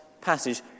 passage